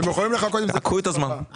קחו את הזמן.